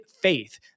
Faith